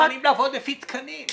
אנחנו מוכנים לעבוד לפי תקנים.